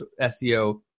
SEO